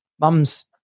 mums